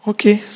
Okay